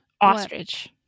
Ostrich